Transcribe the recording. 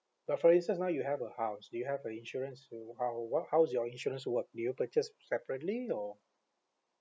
but for instance now you have a house do you have a insurance who uh what how's your insurance work do you purchase separately or